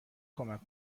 کمک